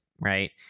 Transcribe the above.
Right